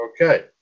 Okay